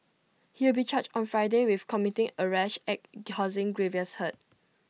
he will be charged on Friday with committing A rash act causing grievous hurt